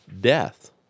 death